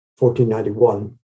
1491